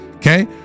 Okay